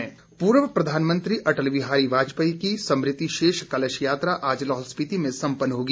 कलश पूर्व प्रधानमंत्री अटल बिहारी वाजपेयी की स्मृति शेष कलश यात्रा आज लाहौल स्पीति में संपन्न होगी